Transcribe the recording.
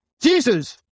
Jesus